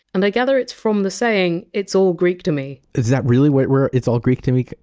and i gather it's from the saying it's all greek to me. is that really where where it's all greek to me.